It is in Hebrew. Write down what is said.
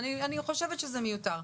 אני חושבת שזה מיותר.